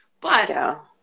But-